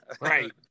Right